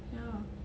ya